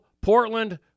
Portland